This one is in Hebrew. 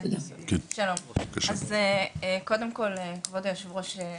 אז קודם כל כבוד היו"ר,